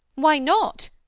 why not!